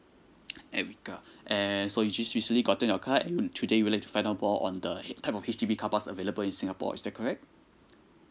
erica and so you just recently gotten your car and today you would like to find out more on the h~ type of H_D_B carparks available in singapore is that correct